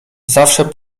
zawsze